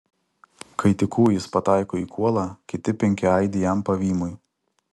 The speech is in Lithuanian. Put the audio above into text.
kai tik kūjis pataiko į kuolą kiti penki aidi jam pavymui